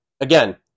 again